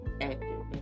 actor